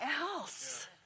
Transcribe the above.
else